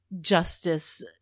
justice